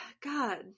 god